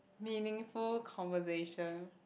meaningful conversation